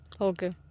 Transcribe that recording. Okay